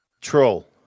Troll